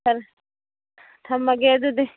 ꯐꯔꯦ ꯊꯝꯂꯒꯦ ꯑꯗꯨꯗꯤ